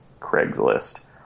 Craigslist